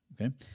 okay